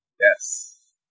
Yes